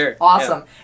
Awesome